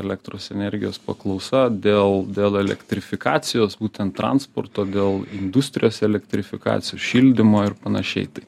elektros energijos paklausa dėl dėl elektrifikacijos būtent transporto gal industrijos elektrifikacijos šildymo ir panašiai tai